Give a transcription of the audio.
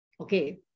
okay